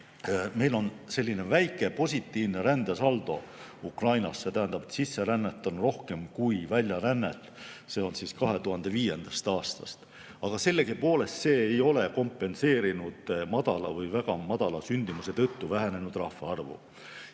Neil on selline väike positiivne rändesaldo, see tähendab, et sisserännet on rohkem kui väljarännet. See on 2005. aastast. Aga see ei ole kompenseerinud madala või väga madala sündimuse tõttu vähenenud rahvaarvu.